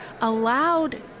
allowed